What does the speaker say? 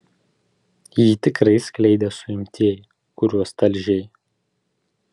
jį tikrai skleidė suimtieji kuriuos talžei